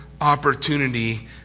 opportunity